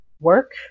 work